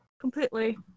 completely